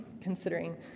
considering